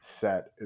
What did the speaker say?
set